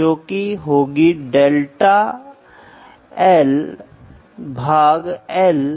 मापों का वर्गीकरण इसलिए हम मेकैनिज्म से मेकैनिज्म माप प्रकारों से लेने की कोशिश करेंगे